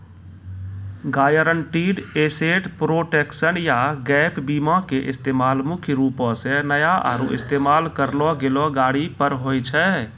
guaranteed asset protection या gap बीमा के इस्तेमाल मुख्य रूपो से नया आरु इस्तेमाल करलो गेलो गाड़ी पर होय छै